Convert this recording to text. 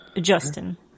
Justin